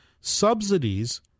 subsidies